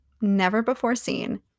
never-before-seen